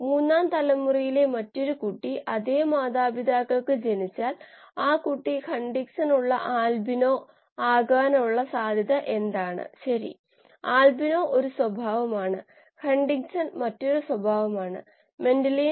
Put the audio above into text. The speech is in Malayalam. ഈ പ്രഭാഷണത്തിൽ നമ്മൾ ചെയ്യുന്ന കുറച്ച് കാര്യങ്ങളെക്കുറിച്ചുള്ള വിശകലനത്തിനുള്ള സമവാക്യമായി ഇതിനെ പറയാം